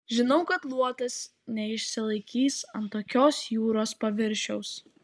žinau kad luotas neišsilaikys ant tokios jūros paviršiaus